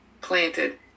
planted